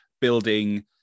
building